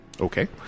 Okay